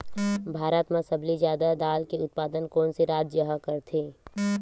भारत मा सबले जादा दाल के उत्पादन कोन से राज्य हा करथे?